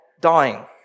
dying